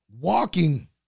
walking